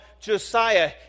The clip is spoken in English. Josiah